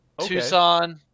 Tucson